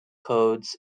codes